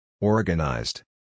Organized